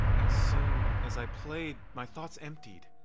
as soon as i played, my thoughts emptied,